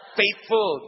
faithful